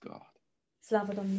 God